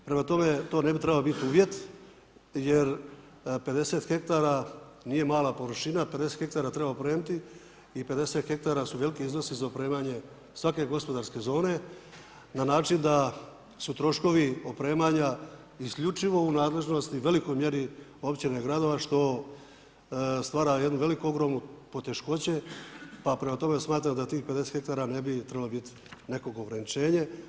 Prema tome, to ne bi trebao biti uvjet jer 50 hektara nije mala površina, 50 hektara treba opremiti i 50 hektara su veliki iznosi za opremanje svake gospodarske zone na način da su troškovi opremanja isključivo u nadležnosti i velikoj mjeri općine i gradova što stvara jednu veliku ogromnu poteškoću, pa prema tome smatram da tih 50 hektara ne bi trebalo biti neko ograničenje.